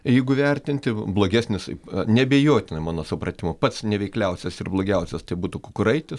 jeigu vertinti blogesnis neabejotinai mano supratimu pats neveikliausias ir blogiausias tai būtų kukuraitis